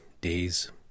days